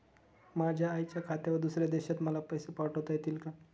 माझ्या आईच्या खात्यावर दुसऱ्या देशात मला पैसे पाठविता येतील का?